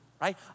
right